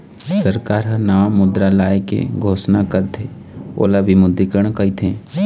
सरकार ह नवा मुद्रा लाए के घोसना करथे ओला विमुद्रीकरन कहिथें